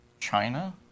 China